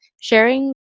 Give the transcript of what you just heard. sharing